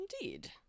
Indeed